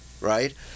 right